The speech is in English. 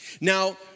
Now